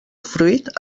fruit